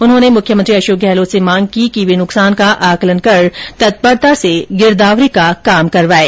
उन्होंने मुख्यमंत्री अशोक गहलोत से मांग की कि वे नुकसान का आंकलन कर तत्परता से गिरदावरी का काम करवाये